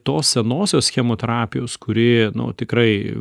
tos senosios chemoterapijos kuri nu tikrai